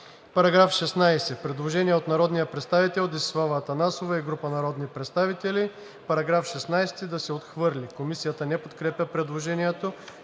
По § 10 има предложение от народния представител Десислава Атанасова и група народни представители § 10 да се отхвърли. Комисията не подкрепя предложението.